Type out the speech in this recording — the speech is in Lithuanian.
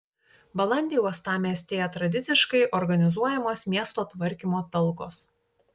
balandį uostamiestyje tradiciškai organizuojamos miesto tvarkymo talkos